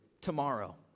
tomorrow